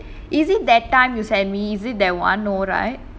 send me send me is it is it that time you send me is it that one no right